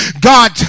God